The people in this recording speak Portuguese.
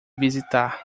visitar